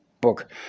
book